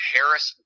Harris